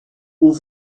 aux